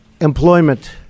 employment